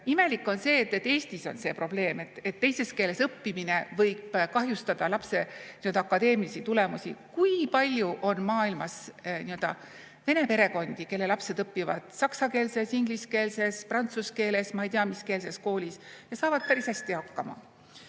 Imelik on see, et Eestis on see probleem, et teises keeles õppimine võib kahjustada lapse nii-öelda akadeemilisi tulemusi. Kui palju on maailmas nii-öelda vene perekondi, kelle lapsed õpivad saksakeelses, ingliskeelses, prantsuskeelses ja ma ei tea, miskeelses koolis, ja saavad päris hästi hakkama.